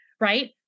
right